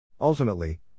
Ultimately